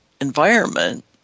environment